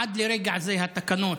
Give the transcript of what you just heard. עד לרגע זה, התקנות,